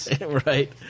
right